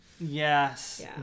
Yes